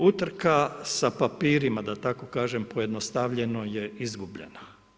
Utrka sa papirima da tako kažem pojednostavljeno, je izgubljena.